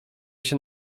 się